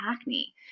acne